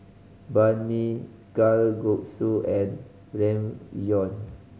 Banh Mi Kalguksu and Ramyeon